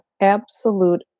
absolute